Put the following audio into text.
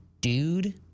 dude